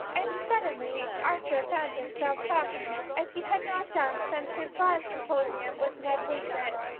and suddenly archer found himself talking as he had not done since his last symposium with ned winsett.